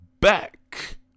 back